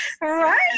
Right